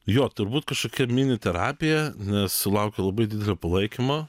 jo turbūt kažkokia mini terapija nes sulaukiu labai didelio palaikymo